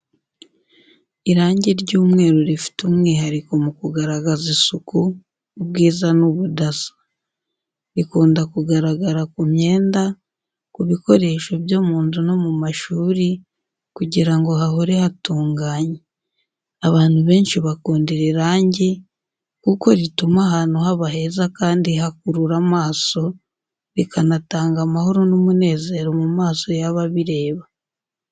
Irangi ry’umweru rifite umwihariko mu kugaragaza isuku, ubwiza n'ubudasa. Rikunda kugaragara ku myenda, ku bikoresho byo mu nzu no mu mashuri kugira ngo hahore hatunganye. Abantu benshi bakunda iri rangi, kuko rituma ahantu haba heza kandi hakurura amaso, rikanatanga amahoro n’umunezero mu maso y’ababireba.